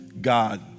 God